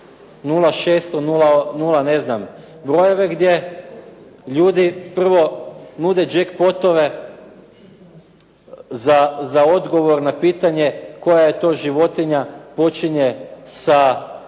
ove famozne emisije 0600 gdje ljudi prvo nude jackpotove za odgovor na pitanje koja to životinja počinje sa